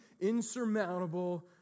insurmountable